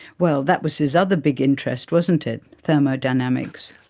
well, that was his other big interest, wasn't it, thermodynamics.